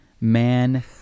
Man